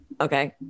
Okay